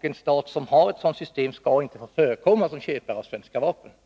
En stat som har ett system av antytt slag skall inte få förekomma som köpare av svenska vapen.